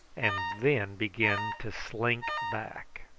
and then begin to slink back.